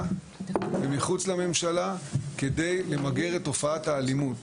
ומחוץ לממשלה כדי למגר את תופעת האלימות.